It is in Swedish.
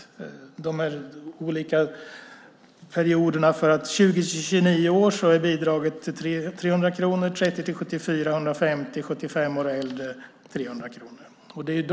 Under perioden 20-29 år är bidraget 300 kronor, mellan 30-74 är det 150 kronor och för personer som är 75 år och äldre är det 300 kronor.